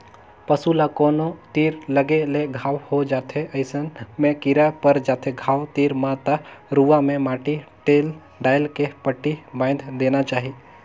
पसू ल कोनो तीर लगे ले घांव हो जाथे अइसन में कीरा पर जाथे घाव तीर म त रुआ में माटी तेल डायल के पट्टी बायन्ध देना चाही